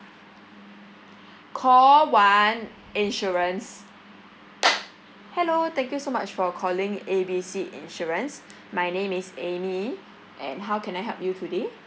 call one insurance hello thank you so much for calling A B C insurance my name is amy and how can I help you today